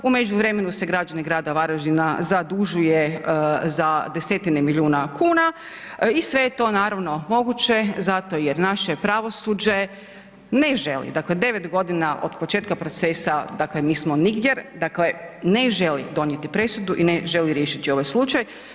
U međuvremenu se građani grada Varaždina zadužuje za desetine milijuna kuna i sve je to, naravno moguće zato jer naše pravosuđe ne želi, dakle 9 godina od početka procesa, dakle nismo nigdje, dakle ne želi donijeti presudu i ne želi riješiti ovaj slučaj.